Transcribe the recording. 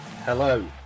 Hello